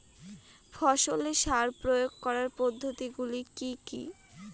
ফসলে সার প্রয়োগ করার পদ্ধতি গুলি কি কী?